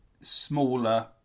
smaller